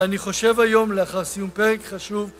אני חושב היום לאחר סיום פרק חשוב